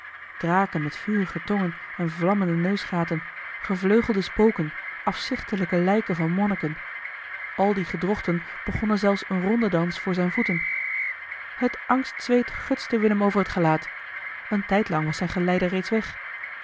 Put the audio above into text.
draken met vurige tongen en vlammende neusgaten gevleugelde spoken afzichtelijke lijken van monniken al die gedrochten begonnen zelfs een rondedans voor zijne voeten het angstzweet gutste willem over het gelaat een tijdlang was zijn geleider reeds weg